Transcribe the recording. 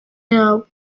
yabo